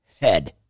head